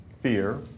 fear